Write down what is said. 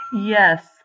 Yes